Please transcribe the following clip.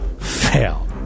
fail